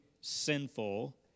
sinful